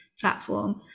platform